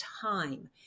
time